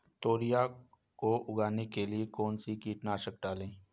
तोरियां को उगाने के लिये कौन सी कीटनाशक डालें?